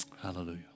hallelujah